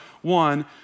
one